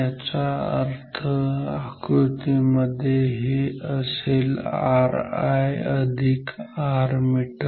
याचा अर्थ या आकृतीमध्ये हे असेल riRmeter